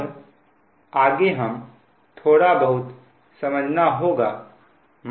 अब आगे हमें थोड़ा बहुत समझना होगा